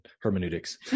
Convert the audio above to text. hermeneutics